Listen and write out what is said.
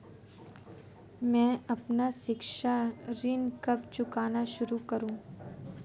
मैं अपना शिक्षा ऋण कब चुकाना शुरू करूँ?